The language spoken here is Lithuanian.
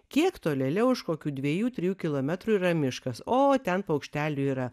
kiek tolėliau už kokių dviejų trijų kilometrų yra miškas o ten paukštelių yra